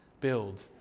build